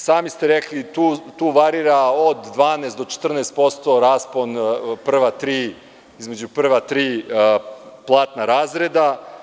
Sami ste rekli, tu varira od 12 do 14% raspon između prva tri platna razreda.